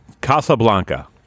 Casablanca